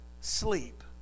sleep